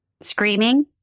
Screaming